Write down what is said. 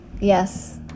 yes